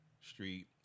Street